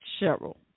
Cheryl